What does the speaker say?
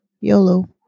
YOLO